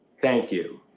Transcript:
thank you.